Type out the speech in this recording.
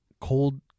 cold